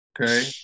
okay